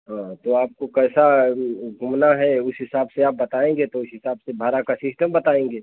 हाँ तो आपको कैसा घूमना है उस हिसाब से आप बताएँगे तो उस हिसाब से बारह का सिस्टम बताएँगे